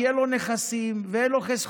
כי אין לו נכסים ואין לו חסכונות.